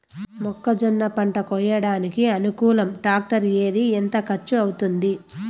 మొక్కజొన్న పంట కోయడానికి అనుకూలం టాక్టర్ ఏది? ఎంత ఖర్చు అవుతుంది?